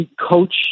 coach